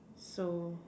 so